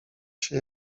się